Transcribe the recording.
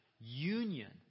union